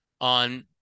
on